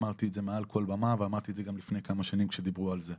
אמרתי את זה מעל כל במה ואמרתי את זה גם לפני כמה שנים כשדיברו על זה,